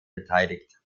beteiligt